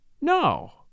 No